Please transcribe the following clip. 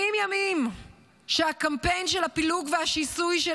70 ימים שהקמפיין של הפילוג והשיסוי של